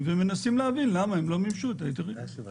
ומנסים להבין למה הם לא מימשו את ההיתרים.